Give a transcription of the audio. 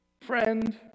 friend